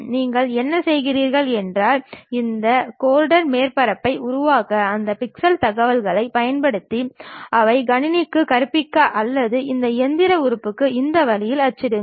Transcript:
நீங்கள் என்ன செய்கிறீர்கள் என்றால் இந்த கோர்டன் மேற்பரப்புகளை உருவாக்க அந்த பிக்சல் தகவல்களைப் பயன்படுத்தி அதை கணினிக்குக் கற்பிக்க அல்லது அந்த இயந்திர உறுப்புக்கு இந்த வழியில் அச்சிடுங்கள்